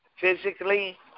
physically